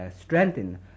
strengthen